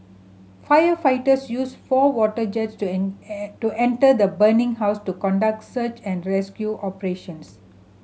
firefighters used four water jets to to enter the burning house to conduct search and rescue operations